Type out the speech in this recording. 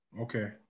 Okay